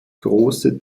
große